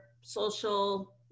social